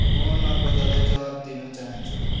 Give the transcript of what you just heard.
म नर्बदालाई जवाफ दिन चाहान्छु